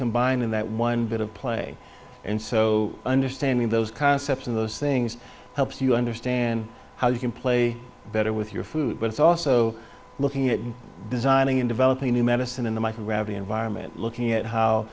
combined in that one bit of play and so understanding those concepts in those things helps you understand how you can play better with your food but it's also looking at designing in developing new medicine in the microgravity environment looking at how